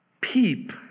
peep